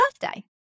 birthday